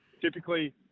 typically